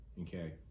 okay